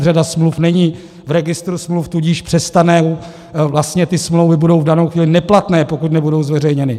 Řada smluv není v registru smluv, tudíž přestane, vlastně ty smlouvy budou v danou chvíli neplatné, pokud nebudou zveřejněny.